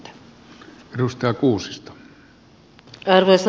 arvoisa puhemies